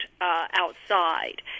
outside